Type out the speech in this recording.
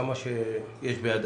כמה שיש בידה.